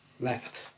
left